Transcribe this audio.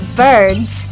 birds